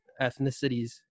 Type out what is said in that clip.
ethnicities